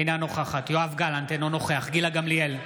אינה נוכחת יואב גלנט, אינו נוכח גילה גמליאל,